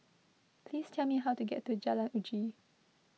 please tell me how to get to Jalan Uji